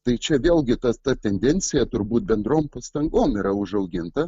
tai čia vėlgi tas ta tendencija turbūt bendrom pastangom yra užauginta